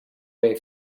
way